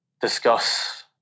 discuss